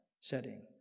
setting